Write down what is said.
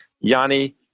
Yanni